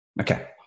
Okay